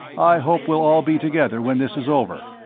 i hope we'll all be together when this is over.